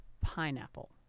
pineapple